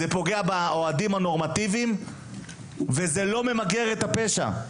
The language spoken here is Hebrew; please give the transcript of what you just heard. זה פוגע באוהדים הנורמטיביים וזה לא ממגר את הפשע,